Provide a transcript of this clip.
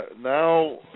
now